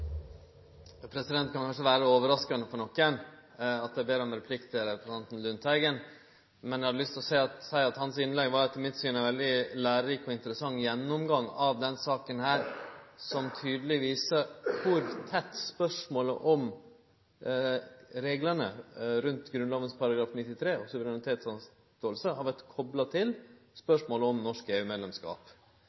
Det kan kanskje vere overraskande for nokon at eg ber om replikk til representanten Lundteigen. Men eg har lyst til å seie at innlegget hans etter mitt syn var ein veldig lærerik og interessant gjennomgang av denne saka som tydeleg viser kor tett spørsmålet om reglane rundt Grunnlova § 93 og suverenitetsavståing har vore kopla til spørsmålet om norsk